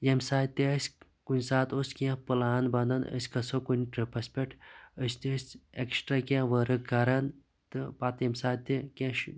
ییٚمہِ ساتہٕ تہِ اَسہِ کُنہِ ساتہٕ اوس کیٚنٛہہ پٕلان بَنان أسۍ گَژھو کُن ٹرٕپَس پٮ۪ٹھ أسۍ تہِ ٲسۍ ایٚکٕسٹرا کیٚنٛہہ ؤرٕک کَران تہٕ پَتہٕ ییٚمہِ ساتہٕ تہِ کیٚنٛہہ